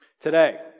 Today